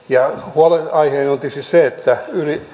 huolenaiheeni on tietysti se että